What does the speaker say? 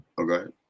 Okay